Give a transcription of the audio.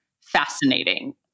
fascinating